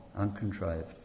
uncontrived